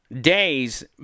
days